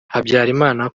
habyalimana